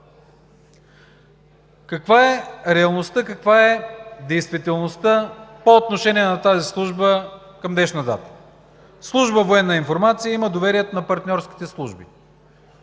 Каква е реалността, каква е действителността по отношение на тази служба към днешна дата? Служба „Военна информация“ има доверието на партньорските служби.